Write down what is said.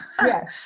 yes